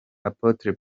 apotre